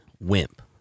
wimp